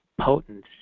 potent